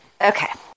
Okay